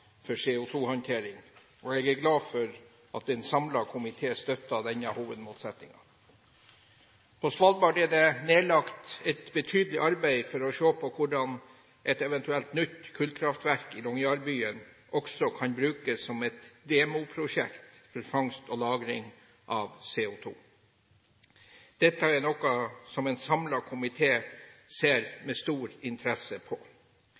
for CO2-håndtering, og jeg er glad for at en samlet komité støtter denne hovedmålsettingen. På Svalbard er det nedlagt et betydelig arbeid for å se på hvordan et eventuelt nytt kullkraftverk i Longyearbyen også kan brukes som et demoprosjekt for fangst og lagring av CO2. Dette er noe en samlet komité ser med stor interesse på.